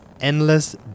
endless